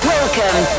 Welcome